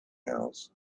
else